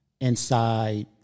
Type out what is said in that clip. inside